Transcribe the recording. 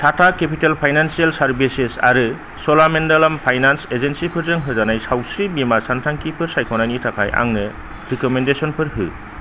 Tata capital financial services आरो Cholamandalam finance एजेन्सिफोरजों होजानाय सावस्रि बीमा सानथांखिफोर सायख'नायनि थाखाय आंनो रेकमेन्देसनफोर हो